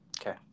Okay